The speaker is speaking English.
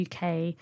UK